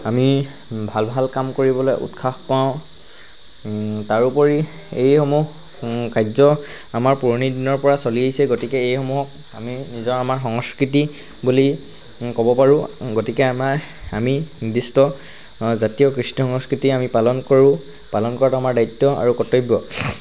আমি ভাল ভাল কাম কৰিবলৈ উৎসাহ পাওঁ তাৰোপৰি এইসমূহ কাৰ্য আমাৰ পুৰণি দিনৰপৰা চলি আহিছে গতিকে এইসমূহক আমি নিজৰ আমাৰ সংস্কৃতি বুলি ক'ব পাৰোঁ গতিকে আমাৰ আমি নিৰ্দিষ্ট জাতীয় কৃষ্টি সংস্কৃতি আমি পালন কৰোঁ পালন কৰাটো আমাৰ দায়িত্ব আৰু কৰ্তব্য